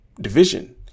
division